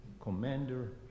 commander